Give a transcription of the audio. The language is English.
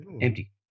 empty